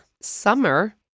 Summer